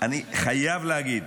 אני חייב להגיד